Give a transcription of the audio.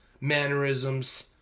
mannerisms